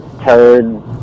turd